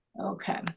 Okay